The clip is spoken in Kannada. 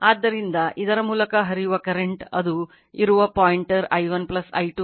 ಆದ್ದರಿಂದ ಇದರ ಮೂಲಕ ಹರಿಯುವ ಕರೆಂಟ್ ಅದು ಇರುವ ಪಾಯಿಂಟರ್ i1 i2 ಅನ್ನು ನೋಡುತ್ತದೆ